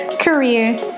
career